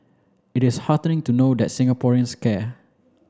it is heartening to know that Singaporeans care